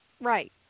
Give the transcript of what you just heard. Right